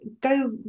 go